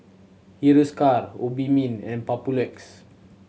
Hiruscar Obimin and Papulex